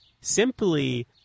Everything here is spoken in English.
simply